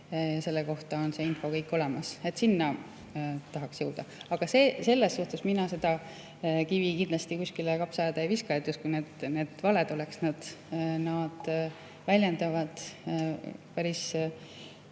et selle kohta on info olemas. Sinna tahaks jõuda. Aga selles suhtes mina kivi kindlasti kuskile kapsaaeda ei viska, justkui need valed oleks. Nad väljendavad päris